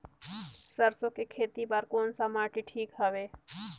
सरसो के खेती बार कोन सा माटी ठीक हवे?